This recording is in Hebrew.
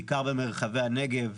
בעיקר במרחבי הנגב,